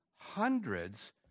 hundreds